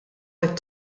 mit